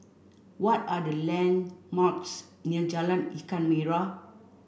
what are the landmarks near Jalan Ikan Merah